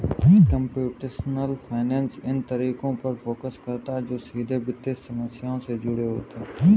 computational finance इन तरीकों पर फोकस करता है जो सीधे वित्तीय समस्याओं से जुड़े होते हैं